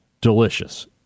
delicious